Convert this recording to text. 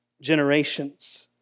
generations